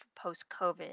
post-COVID